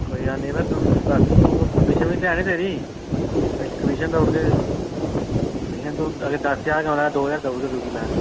कोई गल्ल नी यरा तूं दस तूं कमीशन बी ते ऐ नी तेरी बिच कमीशन दऊ उड़गे कमीशन तू अगर दस्स ज्हार दा कमरा ते दो ज्हार दऊ उड़गे तुगी लै